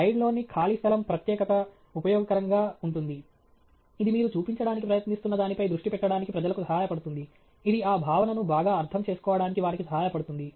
స్లయిడ్లోని ఖాలీ స్థలం ప్రత్యేకత ఉపయోగకరంగా ఉంటుంది ఇది మీరు చూపించడానికి ప్రయత్నిస్తున్న దానిపై దృష్టి పెట్టడానికి ప్రజలకు సహాయపడుతుంది ఇది ఆ భావనను బాగా అర్థం చేసుకోవడానికి వారికి సహాయపడుతుంది